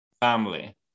family